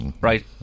Right